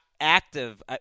active